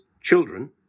children